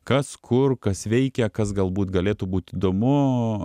kas kur kas veikia kas galbūt galėtų būt įdomu